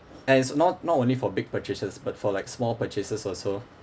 as not not only for big purchases but for like small purchases also